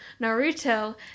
Naruto